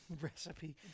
recipe